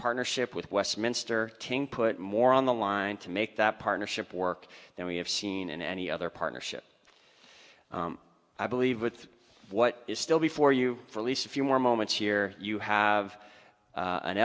partnership with westminster put more on the line to make that partnership work than we have seen in any other partnership i believe with what is still before you for at least a few more moments here you have